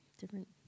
different